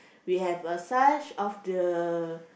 we have a such of the